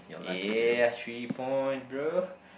yeah three point bro